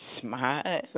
smile